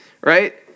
right